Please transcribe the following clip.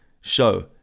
show